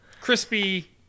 crispy